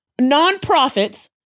nonprofits